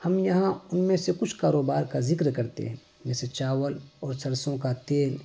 ہم یہاں ان میں سے کچھ کاروبار کا ذکر کرتے ہیں جیسے چاول اور سرسوں کا تیل